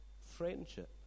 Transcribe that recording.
friendship